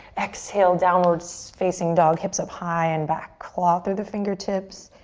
exhale, downward so facing dog, hips up high and back. claw through the fingertips.